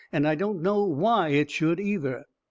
and i don't know why it should, either.